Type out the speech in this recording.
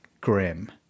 grim